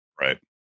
Right